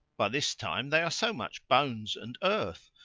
by this time they are so much bones and earth.